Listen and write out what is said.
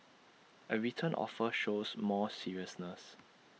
A written offer shows more seriousness